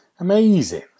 Amazing